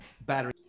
battery